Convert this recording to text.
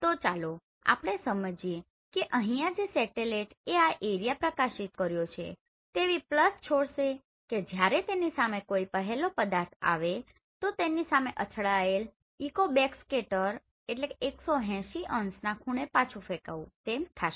તો ચાલો આપણે સમજીએ કે અહીંયા જે સેટેલાઈટ એ આ એરિયા પ્રકાશિત કર્યો છે તે એવી પ્લસ છોડ્સે કે જ્યારે તેની સામે કોઈ પહેલો પદાર્થ આવે તો તેની સાથે અથડાયેલ ઇકો બેકસ્કેટરBackscatter૧૮૦ ઓંશ ના ખૂણે પાછુ ફેકાવું થશે